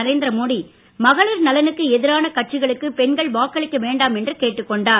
நரேந்திரமோடி மகளிர் நலனுக்கு எதிரான கட்சிகளுக்கு பெண்கள் வாக்களிக்க வேண்டாம் என்று கேட்டுக் கொண்டார்